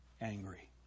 angry